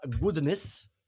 goodness